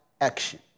action